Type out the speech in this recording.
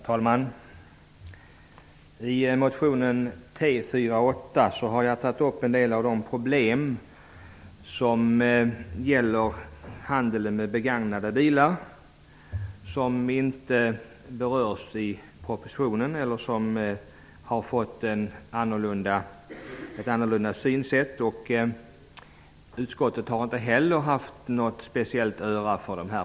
Herr talman! I motionen T48 har jag tagit upp en del av de problem inom handeln med begagnade bilar som inte berörs i propositionen eller som man valt att se på ett annat sätt. Inte heller utskottet har lånat sitt öra åt dessa problem speciellt mycket.